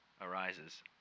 arises